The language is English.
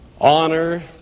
honor